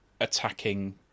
attacking